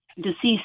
deceased